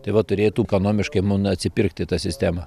tai vat turėtų ekonomiškai manau atsipirkti ta sistema